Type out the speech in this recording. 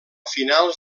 finals